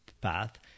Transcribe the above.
path